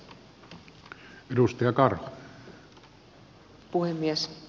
arvoisa puhemies